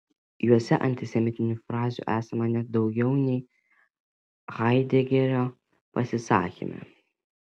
juose antisemitinių frazių esama net daugiau nei haidegerio pasisakyme